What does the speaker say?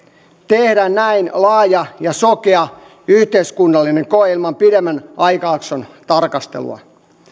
tehdä näin laaja ja sokea yhteiskunnallinen koe ilman pidemmän aikajakson tarkastelua